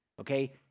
okay